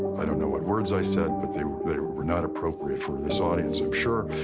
i don't know what words i said, but they were not appropriate for this audience i'm sure.